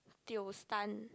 tio stun